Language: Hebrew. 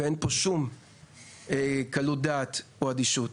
ואין פה שום קלות דעת או אדישות.